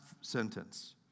sentence